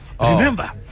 Remember